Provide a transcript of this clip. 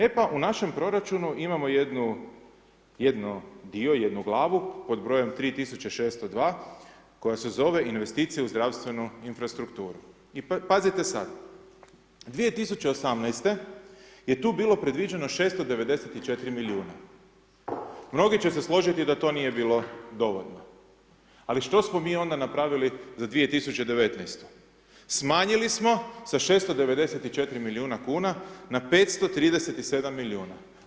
E pa, u našem proračunu imamo jednu, jedan dio, jednu glavu pod brojem 3602. koja se zove Investicija u zdravstvenu infrastrukturu, i pazite sad 2018. je tu bilo predviđeno 694 milijuna, mnogi će se složiti da to nije bilo dovoljno, ali što smo onda mi napravili za 2019. smanjili sa 694 milijuna kuna na 537 milijuna.